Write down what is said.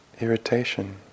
irritation